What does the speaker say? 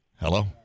Hello